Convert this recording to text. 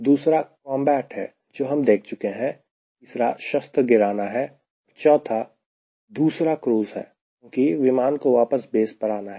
दूसरा कॉम्बैट है जो हम देख चुके हैं तीसरा शस्त्र गिराना है और चौथा दूसरा क्रूज़ है क्योंकि विमान को वापस बेस पर आना है